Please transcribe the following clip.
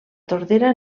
tordera